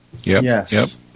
Yes